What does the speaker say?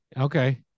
Okay